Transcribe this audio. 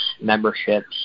memberships